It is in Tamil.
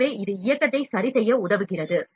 எனவே இது இயக்கத்தை சரிசெய்ய உதவுகிறது